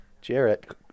Jarrett